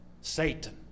Satan